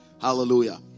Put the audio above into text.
Hallelujah